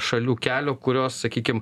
šalių kelio kurios sakykim